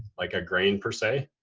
like a grain per se.